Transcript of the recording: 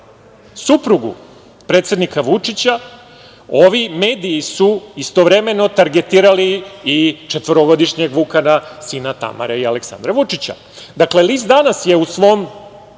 suprugu predsednika Vučića ovi mediji su istovremeno targetirali i četvorogodišnjeg Vukana, sina Tamare i Aleksandra Vučića. List „Danas“ je u svom